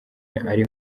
ari